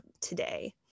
today